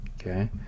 okay